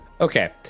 Okay